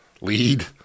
lead